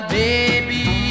baby